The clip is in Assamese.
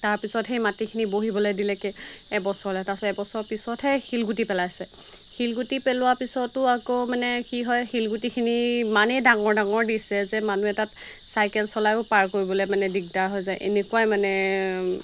তাৰপিছত সেই মাটিখিনি বহিবলৈ দিলে কি এবছৰলে তাপিছত এবছৰ পিছতহে শিলগুটি পেলাইছে শিলগুটি পেলোৱা পিছতো আকৌ মানে কি হয় শিলগুটিখিনি ইমানেই ডাঙৰ ডাঙৰ দিছে যে মানুহে তাত চাইকেল চলাইও পাৰ কৰিবলৈ মানে দিগদাৰ হৈ যায় এনেকুৱাই মানে